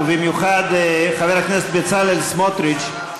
ובמיוחד חבר הכנסת בצלאל סמוטריץ,